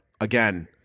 again